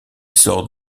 sort